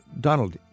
Donald